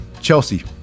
Chelsea